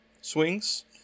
swings